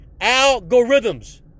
Algorithms